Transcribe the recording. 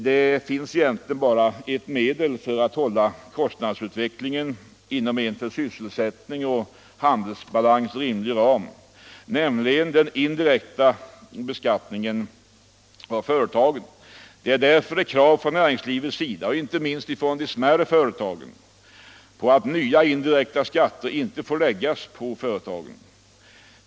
Det finns egentligen bara ert medel för att hålla kostnadsutvecklingen inom en för sysselsättning och handelsbalans rimlig ram, nämligen den indirekta beskattningen av företagen. Det är därför ett krav från näringslivets sida, inte minst från de mindre företagen, på att nya indirekta skatter inte får läggas på företagen.